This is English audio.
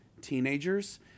teenagers